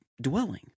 dwelling